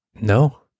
No